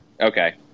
Okay